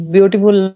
Beautiful